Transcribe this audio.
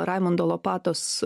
raimundo lopatos